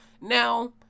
Now